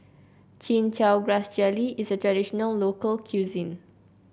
Chin Chow Grass Jelly is a traditional local cuisine